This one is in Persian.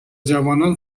جوانان